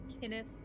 Kenneth